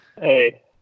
Hey